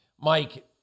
Mike